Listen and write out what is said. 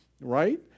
right